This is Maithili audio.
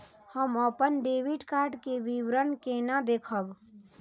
हम अपन डेबिट कार्ड के विवरण केना देखब?